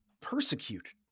persecuted